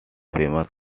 famous